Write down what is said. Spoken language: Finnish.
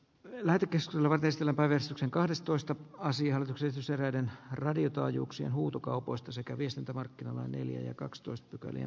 kylää tykistöllä väestöllä päivystyksen kahdestoista asian sisäreiden radiotaajuuksien huutokaupoista sekä viestintämarkkinalain neljä ja kakstoista useammin